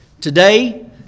Today